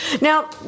Now